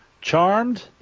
Charmed